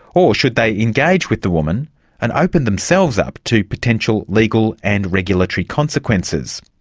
or should they engage with the woman and open themselves up to potential legal and regulatory consequences?